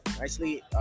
Nicely